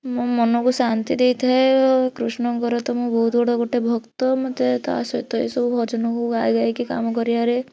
ମୋ ମନକୁ ଶାନ୍ତି ଦେଇଥାଏ ଓ କୃଷ୍ଣଙ୍କର ତ ମୁଁ ବହୁତ ବଡ଼ ଗୋଟେ ଭକ୍ତ ମୋତେ ତା ସହିତ ଏସବୁ ଭଜନ କୁ ଗାଇ ଗାଇ କି କାମ କରିବାରେ